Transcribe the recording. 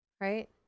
right